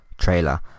trailer